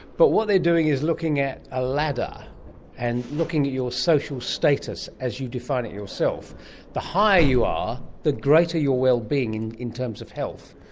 but what they're doing is looking at a ladder and looking at your social status as you define it yourself the higher you are the greater your wellbeing in terms of health,